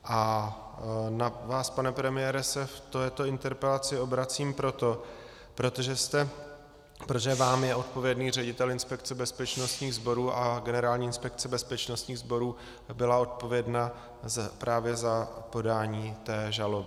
A na vás, pane premiére, se v této interpelaci obracím proto, protože vám je odpovědný ředitel inspekce bezpečnostních sborů a Generální inspekce bezpečnostních sborů byla odpovědna právě za podání té žaloby.